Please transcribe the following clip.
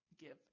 give